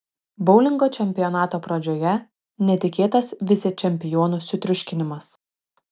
boulingo čempionato pradžioje netikėtas vicečempionų sutriuškinimas